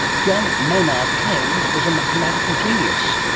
john maynard keynes was a mathematical genius.